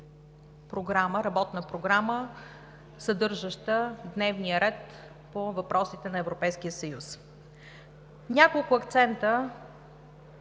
Работна програма, съдържаща дневния ред по въпросите на Европейския съюз. Няколко акцента